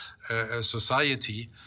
society